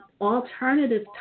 alternative